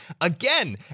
Again